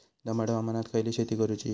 दमट हवामानात खयली शेती करूची?